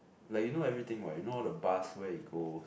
like you know everything what you know all the bus where it go